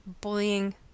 bullying